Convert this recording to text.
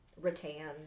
rattan